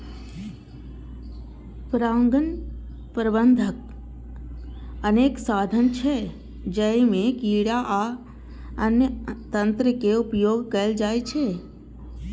परागण प्रबंधनक अनेक साधन छै, जइमे कीड़ा आ अन्य तंत्र के उपयोग कैल जाइ छै